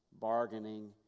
bargaining